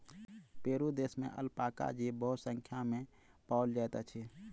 Peru देश में alpaca जीव बहुसंख्या में पाओल जाइत अछि